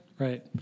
Right